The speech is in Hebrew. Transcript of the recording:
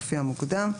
לפי המוקדם".